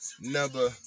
Number